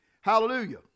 hallelujah